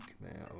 man